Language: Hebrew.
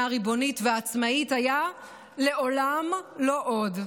הריבונית והעצמאית הייתה "לעולם לא עוד"